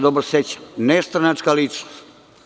Dobro se sećam, nestranačka ličnost.